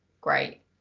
great